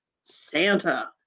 Santa